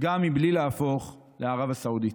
גם בלי להפוך לערב הסעודית.